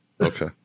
Okay